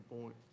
point